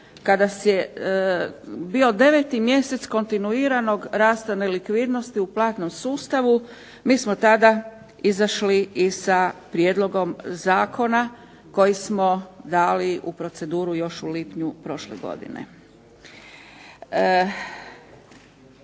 kada je bio deveti mjesec kontinuiranog rasta nelikvidnosti u platnom sustavu mi smo tada izašli i sa prijedlogom zakona koji smo dali u proceduru još u lipnju prošle godine.